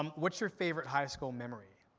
um what's your favorite high school memory?